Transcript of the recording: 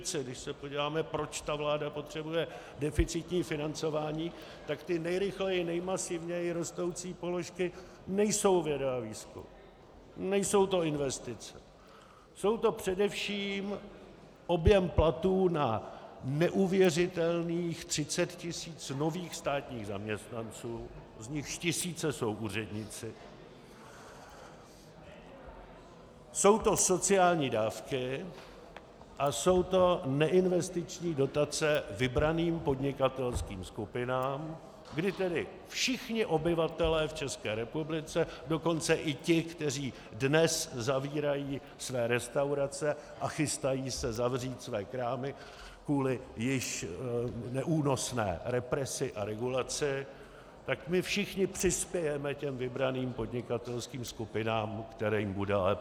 Když se podíváme, proč ta vláda potřebuje deficitní financování, tak ty nejrychleji nejmasivněji rostoucí položky nejsou věda a výzkum, nejsou to investice, jsou to především objem platů na neuvěřitelných 30 tisíc nových státních zaměstnanců, z nichž tisíce jsou úředníci, jsou to sociální dávky a jsou to neinvestiční dotace vybraným podnikatelským skupinám, kdy tedy všichni obyvatelé v České republice, dokonce i ti, kteří dnes zavírají své restaurace a chystají se zavřít své krámy kvůli již neúnosné represi a regulaci, tak my všichni přispějeme těm vybraným podnikatelským skupinám, kterým bude lépe.